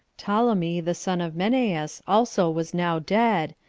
ptolemy, the son of menneus, also was now dead,